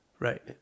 Right